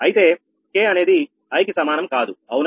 అయితే k అనేది i కి సమానం కాదు అవునా